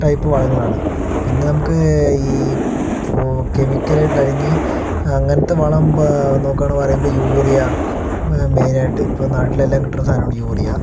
type വളങ്ങളാണ് പിന്നെ നമുക്ക് ഈ കെമിക്കലായിട്ടുള്ള അല്ലെങ്കിൽ അങ്ങനത്തെ വളം ഇപ്പോൾ നോക്കണതെന്ന് പറയുമ്പോൾ യൂറിയ മെയ്നായിട്ട് ഇപ്പോൾ നാട്ടിലെല്ലാം കിട്ടണ സാധനമാണ് യൂറിയ